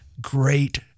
great